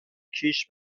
کیش